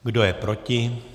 Kdo je proti?